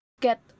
get